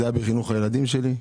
זה היה בחינוך הילדים שלי.